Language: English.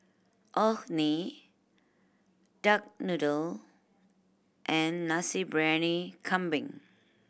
Orh Nee duck noodle and Nasi Briyani Kambing